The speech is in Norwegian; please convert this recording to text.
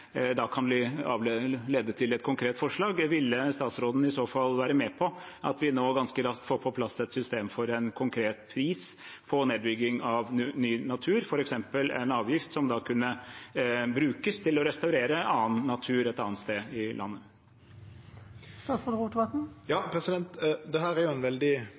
til et konkret forslag. Vil statsråden i så fall være med på at vi nå ganske raskt får på plass et system for en konkret pris på nedbygging av ny natur, f.eks. en avgift som da kunne brukes til å restaurere annen natur et annet sted i landet? Ja, dette er en veldig spennande tanke og ein veldig